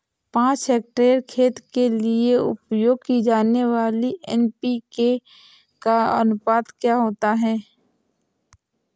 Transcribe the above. पाँच हेक्टेयर खेत के लिए उपयोग की जाने वाली एन.पी.के का अनुपात क्या होता है?